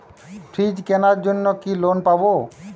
Fridge কেনার জন্য কি লোন পাব?